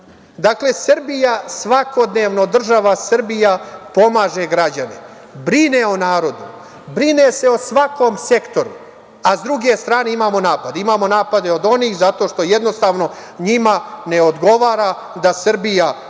država Srbija svakodnevno pomaže građane, brine o narodu, brine se o svakom sektoru, a s druge strane imamo napade. Imamo napade od onih zato što jednostavno njima ne odgovara da Srbija